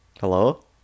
Hello